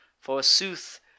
Forsooth